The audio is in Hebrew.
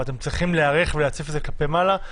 אבל אתם צריכים להיערך ולהציף את זה כלפי מעלה.